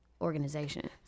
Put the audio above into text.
organization